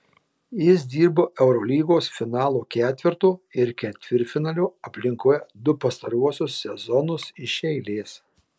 jis dirbo eurolygos finalo ketverto ir ketvirtfinalio aplinkoje du pastaruosius sezonus iš eilės